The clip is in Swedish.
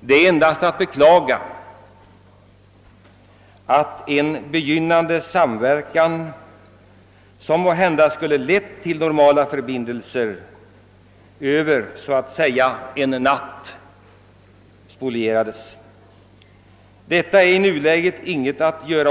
Det är endast att beklaga att en begynnande samverkan som måhända skulle ha kunnat leda till normala förbindelser spolierades så att säga över en natt. Man kan inte göra någonting åt detta i nuläget utan har